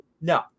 No